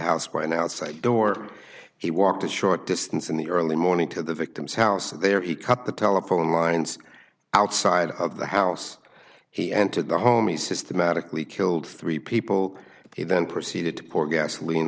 house when outside door he walked a short distance in the early morning to the victim's house and there he cut the telephone lines outside of the house he entered the home and systematically killed three people he then proceeded to pour gasoline